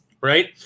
right